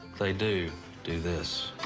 they do do this.